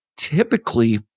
typically